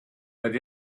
but